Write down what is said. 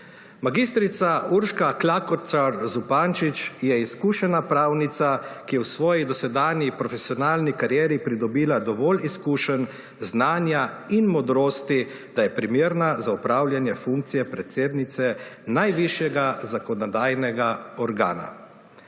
Mag. Urška Klakočar Zupančič je izkušena pravnica, ki je v svoji dosedanji profesionalni karieri pridobila dovolj izkušenj, znanja in modrosti, da je primerna za opravljanja funkcije predsednice najvišjega zakonodajnega organa.